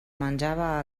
menjava